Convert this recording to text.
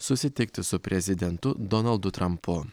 susitikti su prezidentu donaldu trampu